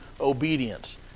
obedience